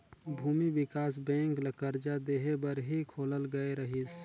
भूमि बिकास बेंक ल करजा देहे बर ही खोलल गये रहीस